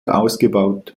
ausgebaut